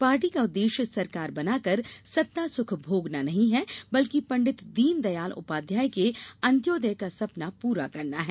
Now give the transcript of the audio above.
party का उद्वेश्य सरकार बनाकर सत्तासुख भोगना नहीं है बल्कि पंडित दीनदयाल उपाध्याय के अंत्योदय का सपना पूरा करना है